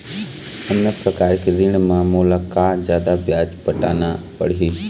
अन्य प्रकार के ऋण म मोला का जादा ब्याज पटाना पड़ही?